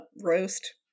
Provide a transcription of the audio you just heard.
roast